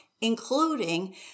...including